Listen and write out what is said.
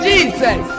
Jesus